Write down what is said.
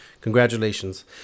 congratulations